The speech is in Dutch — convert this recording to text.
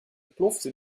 plofte